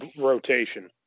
rotation